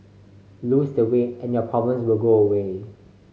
loose the weight and your problems will go away